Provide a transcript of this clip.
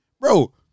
bro